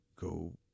go